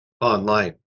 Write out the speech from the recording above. online